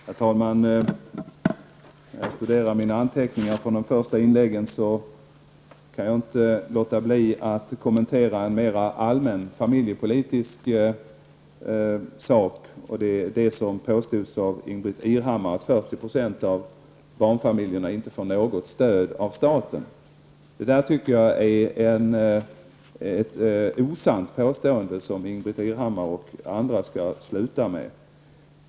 Herr talman! När jag studerar mina anteckningar från de första inläggen kan jag inte låta bli att mera allmänt kommentera en familjepolitisk fråga. Det påstods av Ingbritt Irhammar att 40 % av barnfamiljerna inte får något stöd av staten. Detta tycker jag är ett osant påstående, som Ingbritt Irhammar och andra skall sluta med.